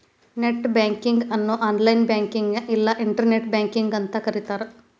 net banking ಅನ್ನು online ಬ್ಯಾಂಕಿಂಗ್ನ ಇಲ್ಲಾ ಇಂಟರ್ನೆಟ್ ಬ್ಯಾಂಕಿಂಗ್ ಅಂತೂ ಕರಿತಾರ